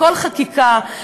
בכל חקיקה,